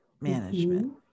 management